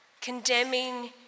Condemning